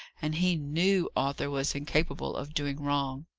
and he knew arthur was incapable of doing wrong.